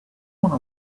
want